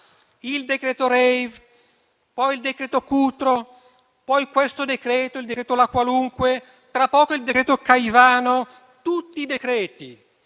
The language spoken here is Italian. Il decreto *rave*, poi il decreto Cutro, poi questo decreto, il decreto "la qualunque", tra poco il decreto Caivano sono tutti i decreti-legge